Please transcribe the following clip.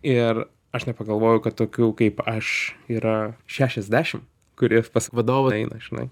ir aš nepagalvojau kad tokių kaip aš yra šešiasdešim kurie pas vadovą eina žinai